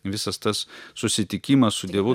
visas tas susitikimas su dievu